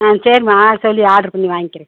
ஆ சரிம்மா சொல்லி ஆர்டர் பண்ணி வாங்கிக்கிறேன்